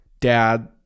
dad